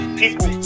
people